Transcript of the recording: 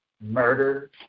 murder